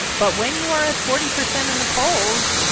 but when you are at forty percent in the polls,